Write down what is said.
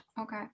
okay